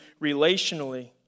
relationally